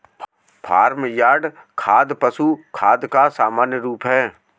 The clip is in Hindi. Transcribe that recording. फार्म यार्ड खाद पशु खाद का सामान्य रूप है